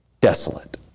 desolate